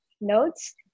notes